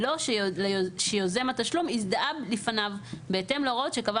בלא שיוזם התשלום הזדהה לפניו בהתאם להוראות שקבע